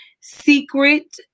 secret